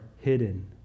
hidden